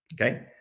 Okay